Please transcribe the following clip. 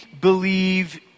believe